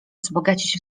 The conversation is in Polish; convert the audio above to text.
wzbogacić